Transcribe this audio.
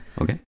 Okay